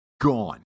gone